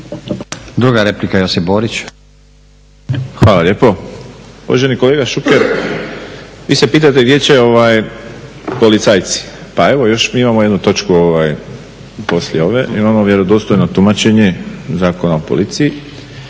**Borić, Josip (HDZ)** Hvala lijepo. Uvaženi kolega Šuker, vi se pitate gdje će policajci. Pa evo još mi imamo jednu točku poslije ove. Imamo vjerodostojno tumačenje Zakona o policiji